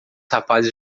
rapazes